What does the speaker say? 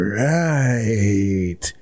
right